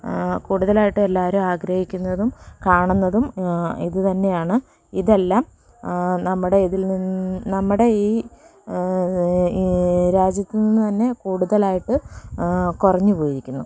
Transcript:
കൂടുതലായിട്ടും എല്ലാവരും ആഗ്രഹിക്കുന്നതും കാണുന്നതും ഇതു തന്നെയാണ് ഇതെല്ലാം നമ്മുടെ ഇതിൽ നമ്മുടെ ഈ ഈ രാജ്യത്തിൽ നിന്നുതന്നെ കൂടുതലായിട്ട് കുറഞ്ഞു പോയിരിക്കുന്നു